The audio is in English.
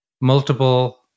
multiple